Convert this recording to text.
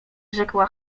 rzekła